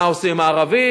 מה עושים עם הערבים?